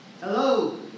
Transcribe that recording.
Hello